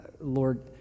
Lord